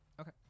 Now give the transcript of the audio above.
Okay